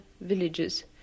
villages